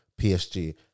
PSG